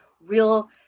real